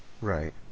Right